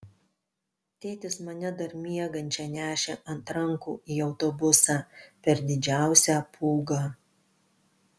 tėtis mane dar miegančią nešė ant rankų į autobusą per didžiausią pūgą